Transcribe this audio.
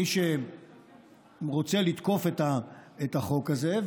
מי שרוצה לתקוף את החוק הזה,